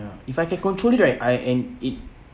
ya if I can control it right I and it